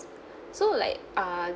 so like err